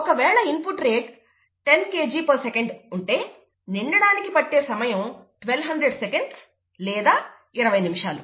ఒకవేళ input rate 10 Kgsec ఉంటే నిండడానికి పట్టే సమయం 1200 sec లేదా 20 నిమిషాలు